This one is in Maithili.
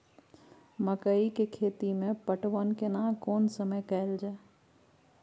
मकई के खेती मे पटवन केना कोन समय कैल जाय?